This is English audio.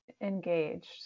engaged